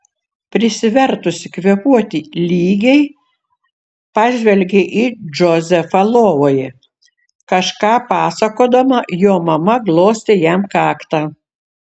prisivertusi kvėpuoti lygiai pažvelgė į džozefą lovoje kažką pasakodama jo mama glostė jam kaktą